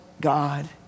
God